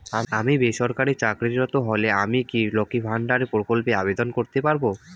আমি বেসরকারি চাকরিরত হলে আমি কি লক্ষীর ভান্ডার প্রকল্পে আবেদন করতে পারব?